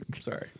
Sorry